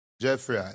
Jeffrey